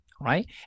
right